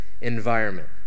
environment